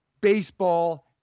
baseball